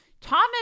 Thomas